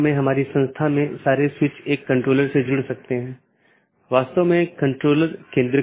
BGP निर्भर करता है IGP पर जो कि एक साथी का पता लगाने के लिए आंतरिक गेटवे प्रोटोकॉल है